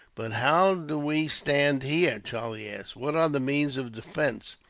but how do we stand here? charlie asked. what are the means of defence,